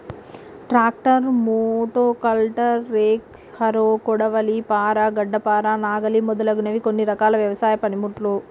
tractor, మోటో కల్టర్, rake, harrow, కొడవలి, పార, గడ్డపార, నాగలి మొదలగునవి కొన్ని రకాల వ్యవసాయ పనిముట్లు